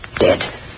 dead